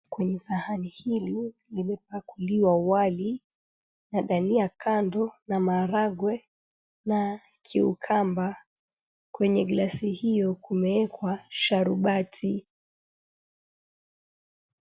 Kwenye sahani hili limepakuliwa wali na dania kando na maharagwe na cucumber , kwenye glasi hio kumeekwa sharubati.